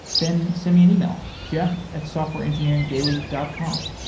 then send me an email, jeff at softwareengineeringdaily dot com